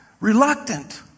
Reluctant